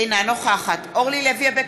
אינה נוכחת אורלי לוי אבקסיס,